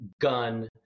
gun